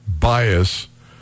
bias